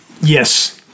Yes